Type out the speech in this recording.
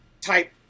type